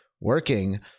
working